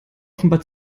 offenbar